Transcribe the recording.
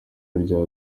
rya